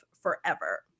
forever